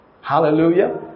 Hallelujah